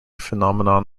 phenomenon